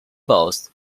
bowls